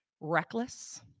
reckless